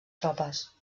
tropes